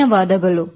ಧನ್ಯವಾದಗಳು